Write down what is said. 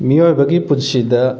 ꯃꯤꯑꯣꯏꯕꯒꯤ ꯄꯨꯟꯁꯤꯗ